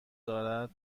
دارد